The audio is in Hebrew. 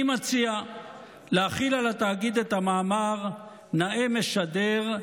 אני מציע להחיל על התאגיד את המאמר "נאה משדר,